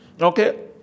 Okay